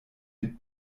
mit